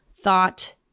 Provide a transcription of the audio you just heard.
thought